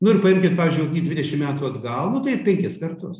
nu ir paimkim pavyzdžiui kokį dvidešim metų atgal nu tai penkis kartus